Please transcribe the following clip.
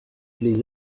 les